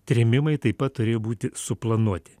trėmimai taip pat turėjo būti suplanuoti